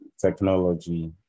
technology